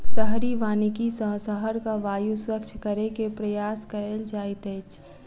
शहरी वानिकी सॅ शहरक वायु स्वच्छ करै के प्रयास कएल जाइत अछि